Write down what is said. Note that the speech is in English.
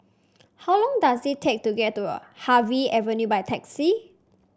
how long does it take to get to Harvey Avenue by taxi